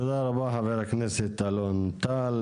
תודה רבה חבר הכנסת אלון טל.